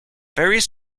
various